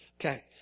Okay